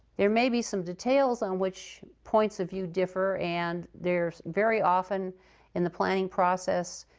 there may be some details on which points of view differ, and there's very often in the planning process,